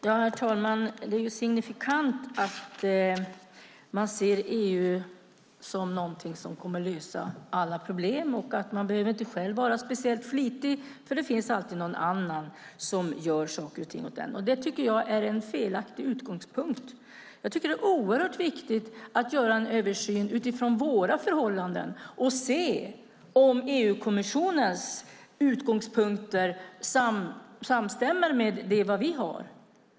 Herr talman! Det är signifikant att man ser EU som något som kommer att lösa alla problem och att man inte själv behöver vara speciellt flitig, för det finns alltid någon annan som gör saker och ting åt en. Det tycker jag är en felaktig utgångspunkt. Jag tycker att det är oerhört viktigt att göra en översyn utifrån våra förhållanden och se om EU-kommissionens utgångspunkter samstämmer med det vi har.